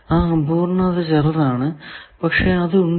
ആ അപൂർണത ചെറുതാണ് പക്ഷെ അത് ഉണ്ട്